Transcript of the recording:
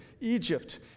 Egypt